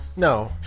No